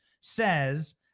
says